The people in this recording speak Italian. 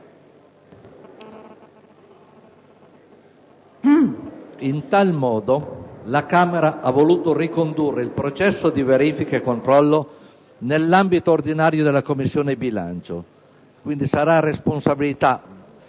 In tal modo la Camera ha voluto ricondurre il processo di verifica e controllo nell'ambito ordinario delle Commissioni bilancio, quindi sarà responsabilità